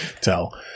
tell